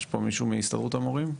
יש פה מישהו מהסתדרות המורים?